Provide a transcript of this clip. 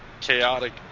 chaotic